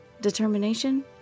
Determination